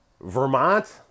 Vermont